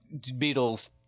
Beatles